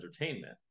entertainment